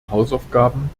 hausaufgaben